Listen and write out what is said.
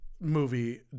movie